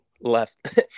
left